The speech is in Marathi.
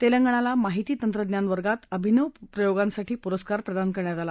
तेलंगणाला माहिती तंत्रज्ञान वर्गात अभिनव प्रयोगांसाठी पुरस्कार प्रदान करण्यात आला